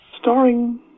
starring